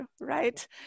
right